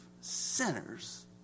sinners